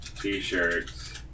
t-shirts